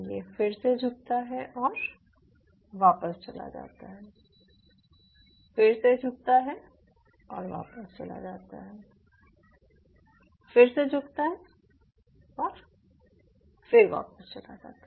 ये फिर से झुकता है और वापस चला जाता है फिर से झुकता है और वापस चला जाता है फिर से झुकता है और वापस चला जाता है